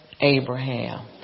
Abraham